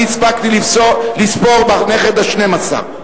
אני הפסקתי לספור בנכד השנים-עשר.